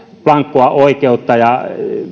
blankoa oikeutta ja